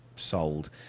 Sold